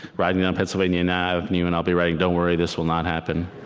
riding down pennsylvania and avenue, and i'll be writing, don't worry. this will not happen.